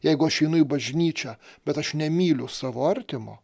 jeigu aš einu į bažnyčią bet aš nemyliu savo artimo